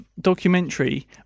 documentary